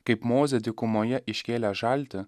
kaip mozė dykumoje iškėlė žaltį